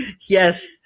Yes